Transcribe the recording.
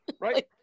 right